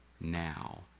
now